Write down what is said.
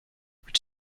which